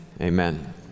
amen